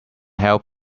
help